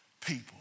people